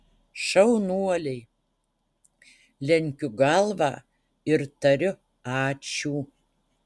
šaunuoliai lenkiu galvą ir tariu ačiū